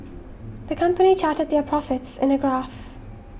the company charted their profits in a graph